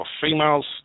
females